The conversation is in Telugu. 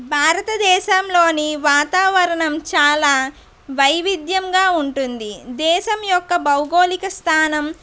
భారతదేశంలోని వాతావరణం చాలా వైవిధ్యంగా ఉంటుంది దేశం యొక్క భౌగోళిక స్థానం